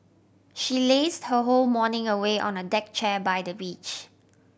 she lazed her whole morning away on a deck chair by the beach